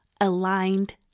aligned